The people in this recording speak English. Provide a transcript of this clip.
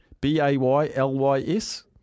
B-A-Y-L-Y-S